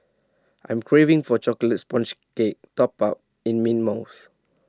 I'm craving for Chocolate Sponge Cake Topped in Mint Mousse